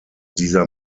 dieser